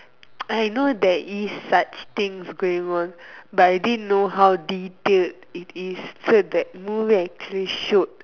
I know there is such things going on but I didn't know how detailed it is so that movie actually showed